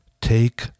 Take